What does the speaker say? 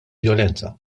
vjolenza